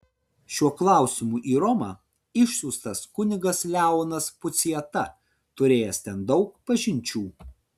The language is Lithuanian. šiuo klausimu į romą išsiųstas kunigas leonas puciata turėjęs ten daug pažinčių